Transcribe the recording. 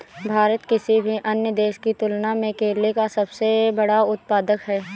भारत किसी भी अन्य देश की तुलना में केले का सबसे बड़ा उत्पादक है